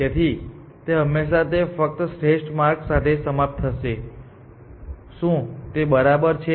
તેથી તે હંમેશાં ફક્ત શ્રેષ્ઠ માર્ગ સાથે સમાપ્ત થશે શું તે બરાબર છે